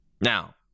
Now